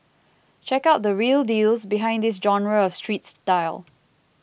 check out the real deals behind this genre of street style